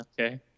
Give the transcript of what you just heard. Okay